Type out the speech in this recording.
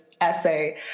essay